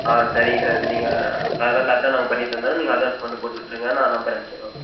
ஆ சரிங்க சார் நீங்கள் அதெல்லாம் கரெக்டாக நாங்கள் பண்ணித் தந்தடறோம் நீங்கள் அட்வான்ஸ் மட்டும் போட்டு விட்ருங்க நான் நம்பர் அனுப்பித்து விட்றேன்